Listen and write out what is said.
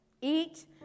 eat